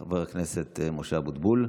חבר הכנסת משה אבוטבול.